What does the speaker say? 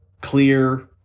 clear